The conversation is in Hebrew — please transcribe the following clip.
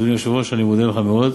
אדוני היושב-ראש, אני מודה לך מאוד.